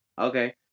Okay